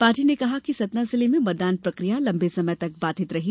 party ने कहा है कि सतना जिले में मतदान प्रकिया लंबे समय तक बाधित रही